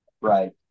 Right